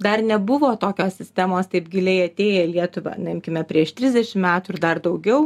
dar nebuvo tokios sistemos taip giliai atėję į lietuvą na imkime prieš trisdešim metų ir dar daugiau